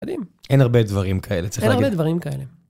אין הרבה דברים כאלה... אין הרבה דברים כאלה.